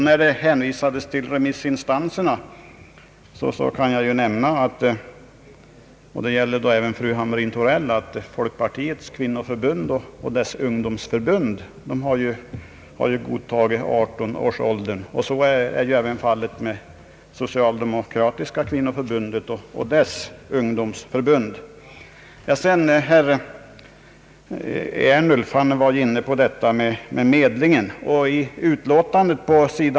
När det hänvisades till remissinstanserna kan jag nämna — detta gäller även fru Hamrin Thorell — att folkpartiets kvinnoförbund och dess ungdomsförbund har godtagit 18-årsåldern. Så är även fallet med socialdemokratiska kvinnoförbundet och dess ungdomsförbund. Herr Ernulf tog upp frågan om medlingen. I utskottsutlåtandet, sid.